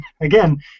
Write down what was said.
again